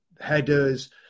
headers